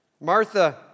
Martha